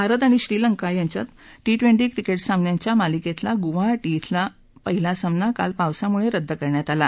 भारत आणि श्रीलंका यांच्यात twenty cricket सामन्यांच्या मालिकेतला गुवाहा ी ब्रिला पहिला सामना पावसामुळे रद्द करण्यात आला